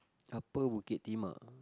Upper Bukit-Timah